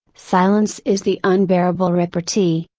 silence is the unbearable repartee.